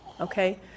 okay